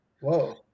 Whoa